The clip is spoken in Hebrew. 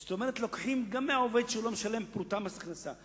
זאת אומרת לוקחים גם מעובד שלא משלם פרוטה מס הכנסה,